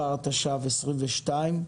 התשפ"ב-2022?